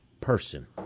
person